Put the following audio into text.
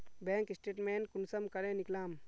Bank statement कुंसम करे निकलाम?